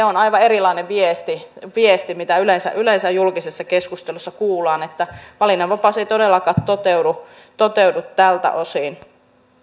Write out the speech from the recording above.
on aivan erilainen viesti kuin mitä yleensä yleensä julkisessa keskustelussa kuullaan ja valinnanvapaus ei todellakaan toteudu toteudu tältä osin